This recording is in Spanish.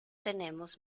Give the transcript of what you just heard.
tenemos